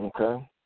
Okay